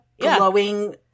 glowing